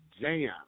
jam